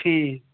ٹھیٖک